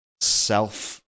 self